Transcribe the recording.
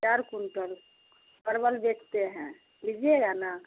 चार कुंटल परवल बेचते हैं लीजिएगा ना